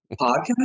podcast